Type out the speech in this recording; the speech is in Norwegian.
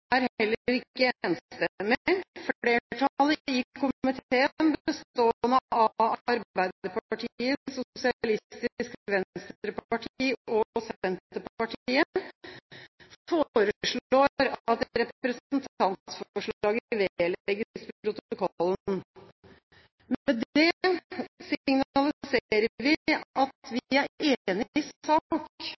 heller ikke enstemmig. Flertallet i komiteen, bestående av Arbeiderpartiet, Sosialistisk Venstreparti og Senterpartiet, foreslår at representantforslaget vedlegges protokollen. Med det signaliserer vi at vi er enig i sak,